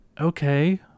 okay